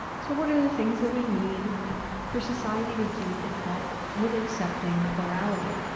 so what are the things that we need for society to do to help with accepting plurality?